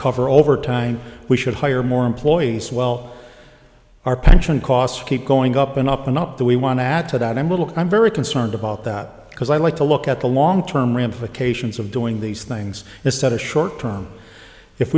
cover over time we should hire more employees well our pension costs keep going up and up and up that we want to add to that number look i'm very concerned about that because i like to look at the long term ramifications of doing these things instead of short term if